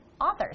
authors